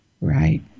Right